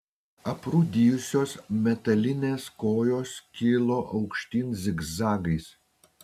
aprūdijusios metalinės kojos kilo aukštyn zigzagais